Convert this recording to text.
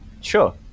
sure